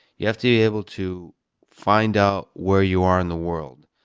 you have to be able to find out where you are in the world.